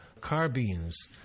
carbines